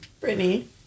Brittany